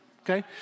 Okay